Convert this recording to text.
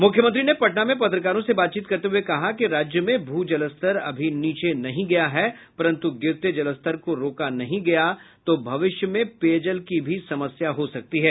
मुख्यमंत्री ने पटना में पत्रकारों से बातचीत करते हुए कहा कि राज्य में भू जलस्तर अभी नीचे नहीं गया है परन्तु गिरते जलस्तर को रोका नहीं गया तो भविष्य में पेयजल की भी समस्या हो सकती है